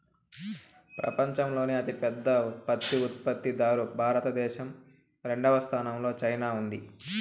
పపంచంలోనే అతి పెద్ద పత్తి ఉత్పత్తి దారు భారత దేశం, రెండవ స్థానం లో చైనా ఉంది